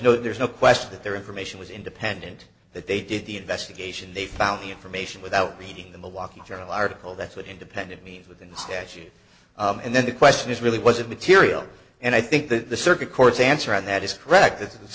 no there's no question that their information was independent that they did the investigation they found the information without reading the milwaukee journal article that's what independent means within the statute and then the question is really was immaterial and i think the circuit courts answer and that is correct